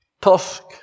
Tusk